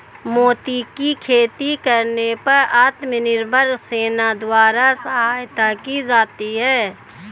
मोती की खेती करने पर आत्मनिर्भर सेना द्वारा सहायता की जाती है